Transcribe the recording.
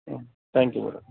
ம் thank you madam